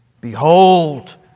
Behold